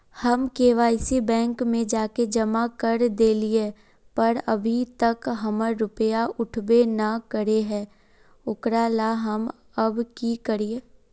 हम KYC bank में जाके जमा कर देलिए पर अभी तक हमर रुपया उठबे न करे है ओकरा ला हम अब की करिए?